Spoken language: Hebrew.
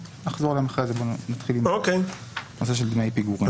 שנחזור עליהם אחר כך ונתחיל עם הנושא של דמי פיגורים.